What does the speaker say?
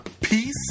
peace